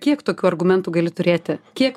kiek tokių argumentų gali turėti kiek